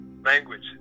language